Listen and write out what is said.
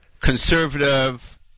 conservative